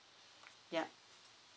yup